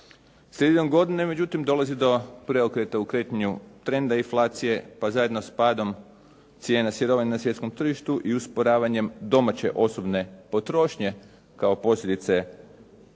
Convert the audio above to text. Sredinom godine međutim dolazi do preokreta u trendu kretanja inflacije, pa zajedno s padom cijena sirovine na svjetskom tržištu i usporavanjem domaće osobne potrošnje kao posljedice